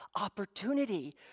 opportunity